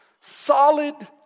solid